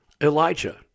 Elijah